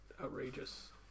outrageous